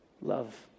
love